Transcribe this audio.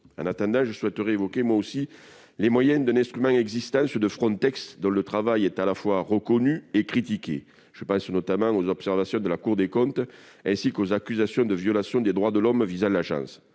En attendant, je souhaiterais évoquer moi aussi les moyens d'un instrument existant, Frontex, dont le travail est à la fois reconnu et critiqué. Je pense notamment aux observations de la Cour des comptes, ainsi qu'aux accusations de violation des droits de l'homme visant l'agence.